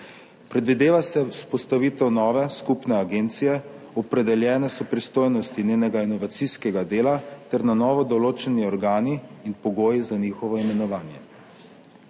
Predvideva se vzpostavitev nove skupne agencije, opredeljene so pristojnosti njenega inovacijskega dela ter na novo določeni organi in pogoji za njihovo imenovanje.